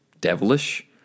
devilish